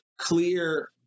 clear